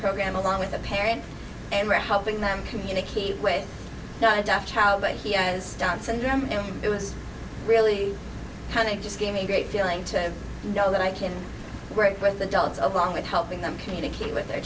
program along with a parent and we're helping them communicate with the deaf child that he has down syndrome and it was really kind of just gave me a great feeling to know that i can work with adults along with helping them communicate with